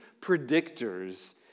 predictors